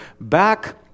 back